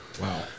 Wow